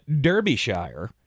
Derbyshire